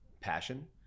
passion